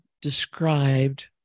described